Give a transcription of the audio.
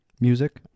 music